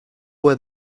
where